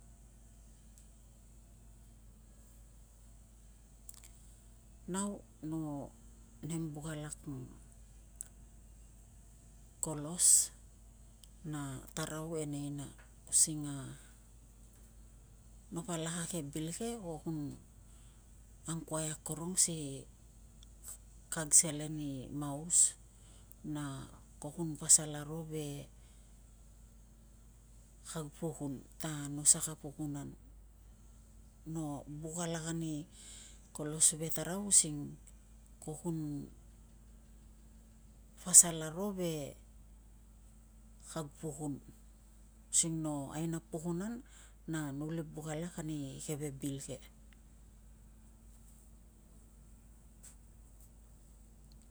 Nau no nem buk alak kolos na tarau e nei na using a no po alak a ke bil ke ko kun angkuai akorong si kag selen i maus na ko kun pasal aro ve kag pukun ta, no saka punun an. No buk alak ani kolos ve tarau using ko kun pasal aro ve kag pukun using no aina pukunan na no uli buk alak ani keve bil ke.